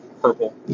Purple